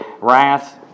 wrath